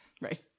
Right